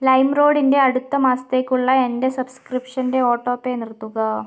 ലൈംറോഡിൻ്റെ അടുത്ത മാസത്തേക്കുള്ള എൻ്റെ സബ്സ്ക്രിപ്ഷൻ്റെ ഓട്ടോ പേ നിർത്തുക